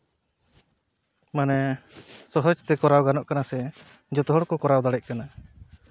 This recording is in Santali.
ᱢᱟᱱᱮ ᱥᱚᱦᱚᱡ ᱛᱮ ᱠᱚᱨᱟᱣ ᱜᱟᱱᱚᱜ ᱠᱟᱱᱟ ᱥᱮ ᱡᱚᱛᱚ ᱦᱚᱲ ᱠᱚ ᱠᱚᱨᱟᱣ ᱫᱟᱲᱮᱜ ᱠᱟᱱᱟ